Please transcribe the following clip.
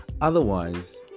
otherwise